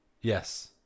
yes